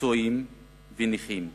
פצועים, נכים.